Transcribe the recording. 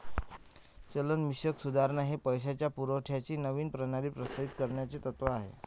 चलनविषयक सुधारणा हे पैशाच्या पुरवठ्याची नवीन प्रणाली प्रस्तावित करण्याचे तत्त्व आहे